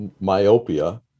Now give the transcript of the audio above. myopia